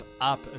up